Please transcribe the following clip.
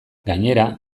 gainera